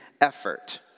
effort